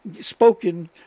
spoken